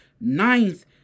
ninth